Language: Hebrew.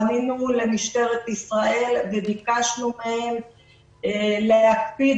פנינו למשטרת ישראל וביקשנו מהם להקפיד